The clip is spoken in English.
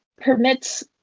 permits